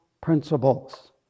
principles